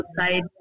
outside